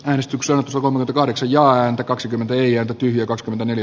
äänestyksen suomi kahdeksan ja häntä kaksikymmentäneljä tyhjä koska niiden